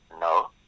No